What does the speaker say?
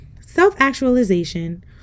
Self-actualization